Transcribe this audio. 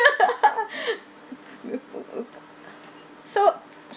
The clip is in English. so